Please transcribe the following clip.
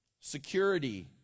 Security